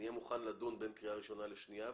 אני אהיה מוכן לדון בין קריאה ראשונה לשנייה.